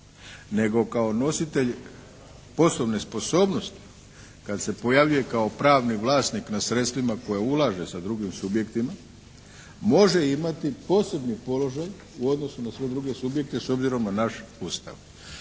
nego kao nositelj poslovne sposobnosti. Kad se pojavljuje kao pravni vlasnik na sredstvima koje ulaže sa drugim subjektima može imati posebni položaj u odnosu na sve druge subjekte s obzirom na naš Ustav.